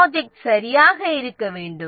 project plan இருக்க வேண்டும்